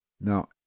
Now